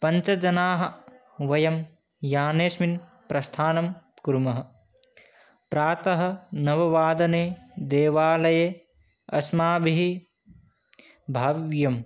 पञ्चजनाः वयं यानेस्मिन् प्रस्थानं कुर्मः प्रातः नववादने देवालये अस्माभिः भाव्यम्